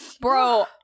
Bro